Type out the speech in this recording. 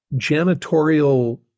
janitorial